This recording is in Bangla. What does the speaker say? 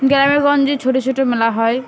গ্রামেগঞ্জে ছোটো ছোটো মেলা হয়